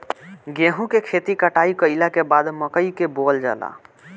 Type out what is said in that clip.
गेहूं के खेती कटाई कइला के बाद मकई के बोअल जाला